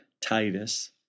Titus